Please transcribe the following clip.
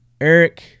Eric